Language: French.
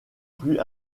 plus